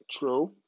True